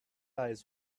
eyes